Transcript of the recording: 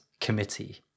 committee